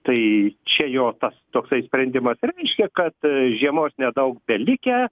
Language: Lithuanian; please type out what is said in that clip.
tai čia jo tas toksai sprendimas reiškia kad žiemos nedaug belikę